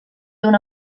una